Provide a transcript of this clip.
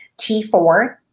T4